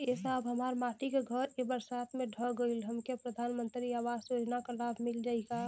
ए साहब हमार माटी क घर ए बरसात मे ढह गईल हमके प्रधानमंत्री आवास योजना क लाभ मिल जाई का?